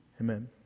Amen